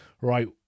right